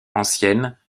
anciennes